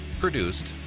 produced